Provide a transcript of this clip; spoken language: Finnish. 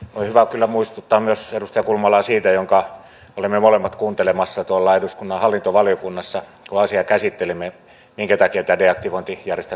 on hyvä kyllä muistuttaa myös edustaja kulmalaa siitä mitä olimme molemmat tuolla eduskunnan hallintovaliokunnassa kuuntelemassa kun asiaa käsittelimme että minkä takia tämä deaktivointijärjestelmä on otettu käyttöön